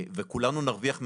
וכולנו נרוויח מהעניין,